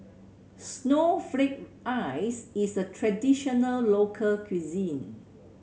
snowflake ice is a traditional local cuisine